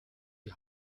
die